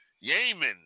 Yemen